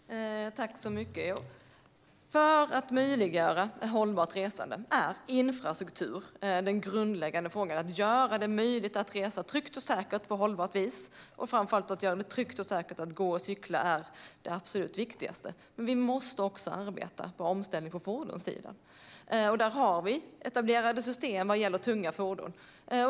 Herr talman! När det gäller att möjliggöra ett hållbart resande är infrastruktur den grundläggande frågan. Det handlar om att göra det möjligt att resa tryggt och säkert på ett hållbart vis och framför allt om att göra det tryggt och säkert att gå och cykla. Det är det absolut viktigaste. Men vi måste också arbeta med en omställning på fordonssidan. Där har vi etablerade system vad gäller tunga fordon.